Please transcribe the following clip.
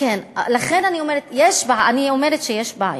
לכן אני אומרת שיש בעיה,